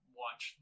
watch